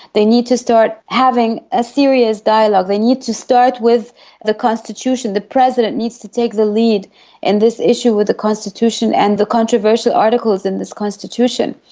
they need to start having a serious dialogue, they need to start with the constitution. the president needs to take the lead in and this issue with the constitution and the controversial articles in this constitution.